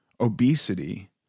obesity